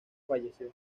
falleció